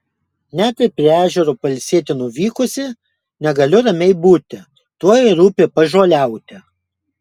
net ir prie ežero pailsėti nuvykusi negaliu ramiai būti tuoj rūpi pažoliauti